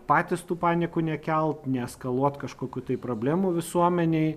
patys tų panikų nekelt neeskaluot kažkokių tai problemų visuomenėj